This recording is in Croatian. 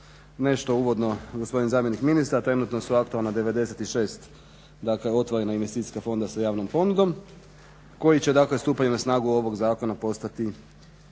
nešto uvodno gospodin zamjenik ministra trenutno je aktualno 96 otvorena investicijska fonda sa javnom ponudom koji će dakle stupanjem na snagu ovoga zakona postati